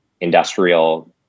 industrial